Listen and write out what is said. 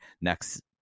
next